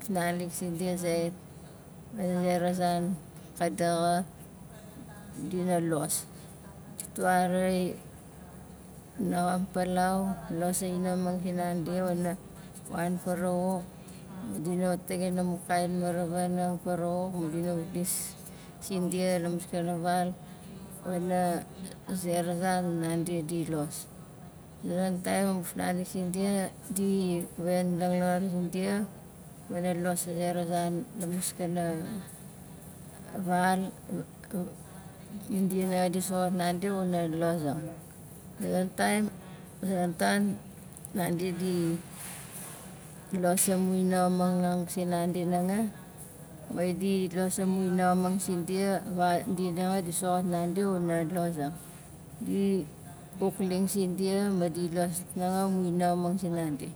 Fnalik sindia zait pana zera zan ka daxa dina los ditwarai naxam palau, lozang aman finalik dina wan farawauk ma dina tangin amu kain maravanang farawauk ma dina lis sindia la maskana val wana zera zan nandi di los a zonon taim amu fufnalik sindia di wen langlangar zindia wana los a zera zan la maskana val dia nanga di soxot nandi xuna lozang a zonon taim a zonon tan nandi di los amu inaxamang nanga sinandi hanga mai dit los amu inaxamang sindia va- di nanga di soxot handi xuna volozang di wukling sindia ma dit los amu inaxamang sinandi